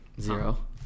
zero